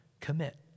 Commit